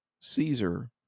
Caesar